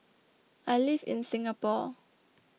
I live in Singapore